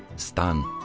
stan!